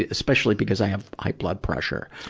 especially because i have high blood pressure.